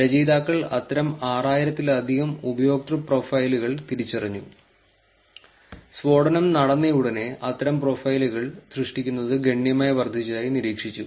രചയിതാക്കൾ അത്തരം ആറായിരത്തിലധികം ഉപയോക്തൃ പ്രൊഫൈലുകൾ തിരിച്ചറിഞ്ഞു സ്ഫോടനം നടന്നയുടനെ അത്തരം പ്രൊഫൈലുകൾ സൃഷ്ടിക്കുന്നത് ഗണ്യമായി വർദ്ധിച്ചതായി നിരീക്ഷിച്ചു